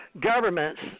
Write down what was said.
governments